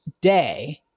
day